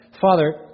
Father